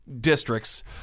districts